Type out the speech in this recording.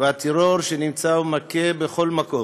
והטרור שנמצא ומכה בכל מקום,